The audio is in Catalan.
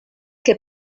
que